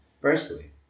Firstly